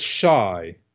shy